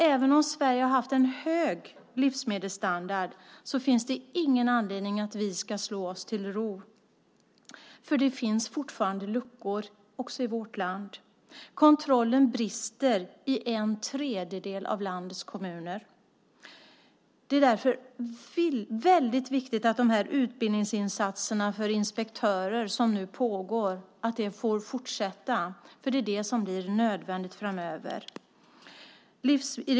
Även om Sverige har haft en hög livsmedelsstandard finns det ingen anledning att vi ska slå oss till ro, för det finns fortfarande luckor också i vårt land. Kontrollen brister i en tredjedel av landets kommuner. Det är därför väldigt viktigt att de utbildningsinsatser för inspektörer som nu pågår får fortsätta, för det är det som blir nödvändigt framöver.